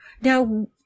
Now